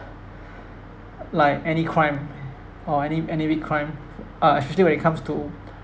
like any crime or any any big crime uh especially when it comes to